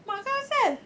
mak kau asal